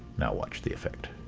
now watch the effect